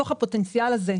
מתוך הפוטנציאל הזה,